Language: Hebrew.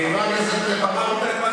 מלספר.